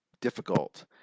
difficult